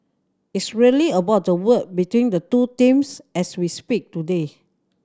it's really about the work between the two teams as we speak today